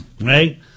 Right